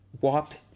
walked